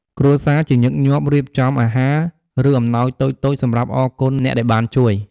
គ្រួសារជាញឹកញាប់រៀបចំអាហារ ឬអំណោយតូចៗសម្រាប់អរគុណអ្នកដែលបានជួយ។